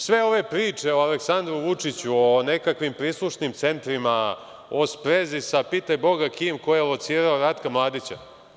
Sve ove priče u Aleksandru Vučiću, o nekakvim prislušnim centrima, o sprezi sa pitaj boga kime, ko je locirao Ratka Mladića?